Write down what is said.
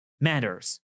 matters